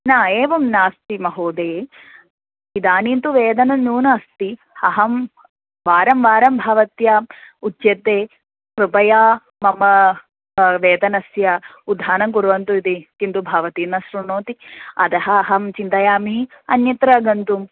न एवं नास्ति महोदये इदानीं तु वेतनं न्यूनम् अस्ति अहं वारं वारं भवत्याः उच्यते कृपया मम वेतनस्य उद्धानं कुर्वन्तु इति किन्तु भवती न शृणोति अतः अहं चिन्तयामि अन्यत्र गन्तुम्